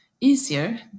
easier